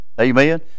Amen